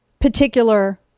particular